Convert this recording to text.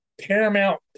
Paramount